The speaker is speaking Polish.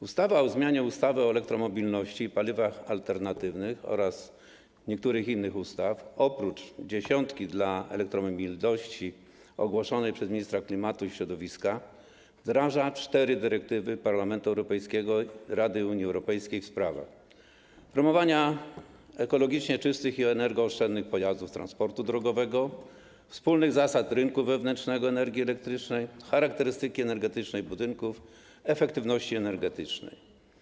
Ustawa o zmianie ustawy o elektromobilności i paliwach alternatywnych oraz niektórych innych ustaw oprócz „Dziesiątki dla elektromobilności” ogłoszonej przez ministra klimatu i środowiska wyraża cztery dyrektywy Parlamentu Europejskiego i Rady Unii Europejskiej w sprawach promowania ekologicznie czystych i energooszczędnych pojazdów transportu drogowego, wspólnych zasad rynku wewnętrznego energii elektrycznej, charakterystyki energetycznej budynków i efektywności energetycznej.